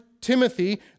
Timothy